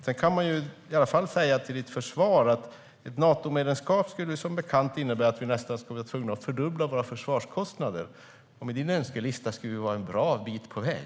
Till Mikael Oscarssons försvar kan sägas att ett Natomedlemskap skulle innebära att vi vore tvungna att nästan fördubbla våra försvarskostnader, och med Mikael Oscarssons önskelista skulle vi vara en bra bit på väg.